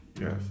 yes